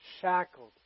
shackled